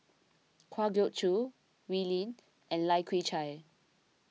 Kwa Geok Choo Wee Lin and Lai Kew Chai